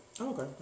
Okay